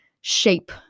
shape